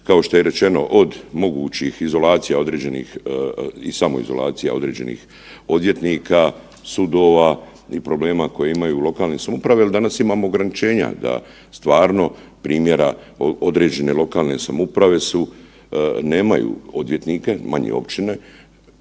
kao što je rečeno od mogućih izolacija određenih i samoizolacija određenih odvjetnika, sudova i problema koje imaju lokalne samouprave jel danas imamo ograničenja da stvarno primjera određene lokalne samouprave su, nemaju odvjetnika manje općina,